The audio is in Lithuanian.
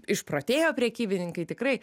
išprotėjo prekybininkai tikrai